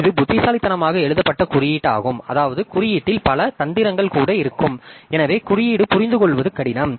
இது புத்திசாலித்தனமாக எழுதப்பட்ட குறியீடாகும் அதாவது குறியீட்டில் பல தந்திரங்கள் கூட இருக்கும் எனவே குறியீடு புரிந்துகொள்வது கடினம்